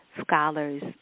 scholars